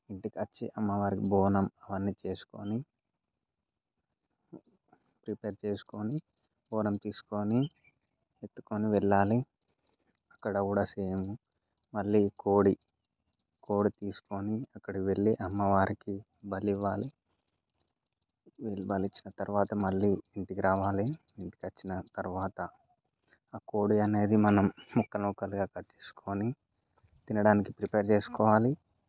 ఇంటికొచ్చి అమ్మవారి బోనం అవన్నీ చేసుకొని ప్రిపేర్ చేసుకొని బోనం తీసుకొని ఎత్తుకొని వెళ్ళాలి అక్కడ కూడా సేమ్ మళ్ళీ కోడి కోడి తీసుకొని అక్కడికి వెళ్ళి అమ్మవారికి బలివ్వాలి ఇది బలిచ్చిన తర్వాత మళ్ళీ ఇంటికి రావాలి ఇంటికొచ్చిన తర్వాత ఆ కోడి అనేది మనం ముక్కలు ముక్కలుగా కట్ చేసుకుని తినడానికి ప్రిపేర్ చేసుకోవాలి